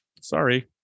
Sorry